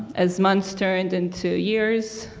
as months turned into years